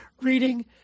Reading